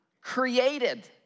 created